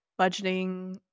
budgeting